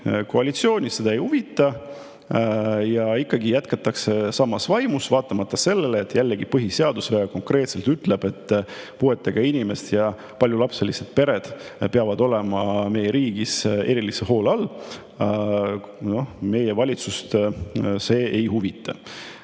koalitsiooni see ei huvita. Ikkagi jätkatakse samas vaimus vaatamata sellele, et põhiseadus konkreetselt ütleb, et puuetega inimesed ja paljulapselised pered peavad olema meie riigis erilise hoole all. Meie valitsust see ei huvita.